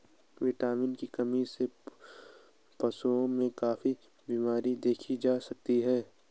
vitamin की कमी से पशुओं में काफी बिमरियाँ देखी जा सकती हैं